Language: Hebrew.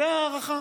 זו ההערכה,